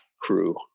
crew